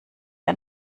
ein